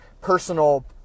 personal